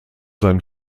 sein